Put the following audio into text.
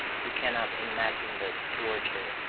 you cannot imagine this torture.